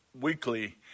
weekly